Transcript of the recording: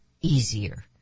easier